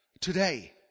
today